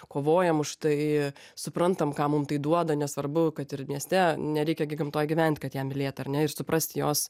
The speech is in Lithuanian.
kovojam už tai suprantam ką mum tai duoda nesvarbu kad ir mieste nereikia gi gamtoji gyvent kad ją mylėt ar ne ir suprasti jos